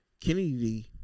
Kennedy